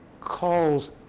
calls